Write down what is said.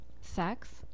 sex